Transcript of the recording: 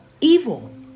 Evil